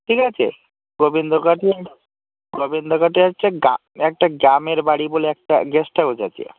ঠিক আছে গোবিন্দকাটি গোবিন্দকাটি হচ্ছে গা একটা গ্রামের বাড়ি বলে একটা গেস্ট হাউস আছে